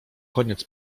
koniec